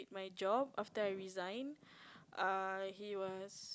my job after I resign uh he was